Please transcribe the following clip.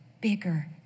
bigger